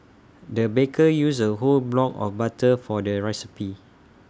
the baker used A whole block of butter for their recipe